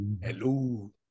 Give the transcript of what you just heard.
Hello